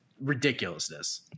ridiculousness